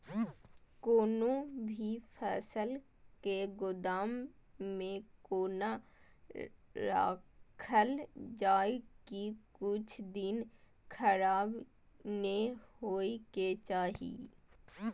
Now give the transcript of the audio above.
कोनो भी फसल के गोदाम में कोना राखल जाय की कुछ दिन खराब ने होय के चाही?